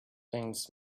things